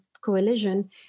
coalition